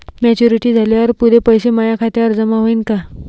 Maturity झाल्यावर पुरे पैसे माया खात्यावर जमा होईन का?